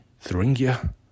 Thuringia